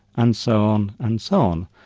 and so on, and so on.